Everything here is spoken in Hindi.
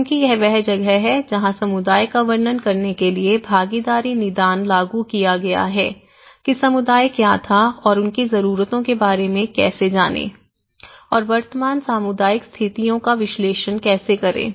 क्योंकि यह वह जगह है जहां समुदाय का वर्णन करने के लिए भागीदारी निदान लागू किया गया है कि समुदाय क्या था और उनकी जरूरतों के बारे में कैसे जानें और वर्तमान सामुदायिक स्थितियों का विश्लेषण कैसे करें